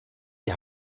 die